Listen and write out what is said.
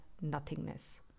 nothingness